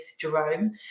Jerome